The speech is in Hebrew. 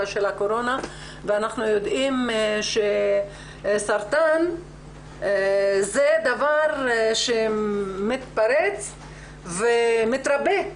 של הקורונה ואנחנו יודעים שסרטן זה דבר שמתפרץ ומתרבה,